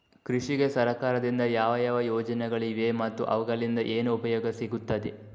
ಕೃಷಿಗೆ ಸರಕಾರದಿಂದ ಯಾವ ಯಾವ ಯೋಜನೆಗಳು ಇವೆ ಮತ್ತು ಅವುಗಳಿಂದ ಏನು ಉಪಯೋಗ ಸಿಗುತ್ತದೆ?